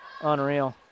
Unreal